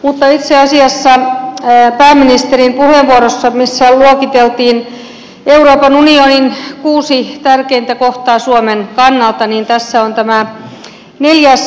mutta itse asiassa pääministerin puheenvuorossa missä luokiteltiin euroopan unionin kuusi tärkeintä kohtaa suomen kannalta niin tässä on tämä neljäs painopiste